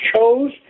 chose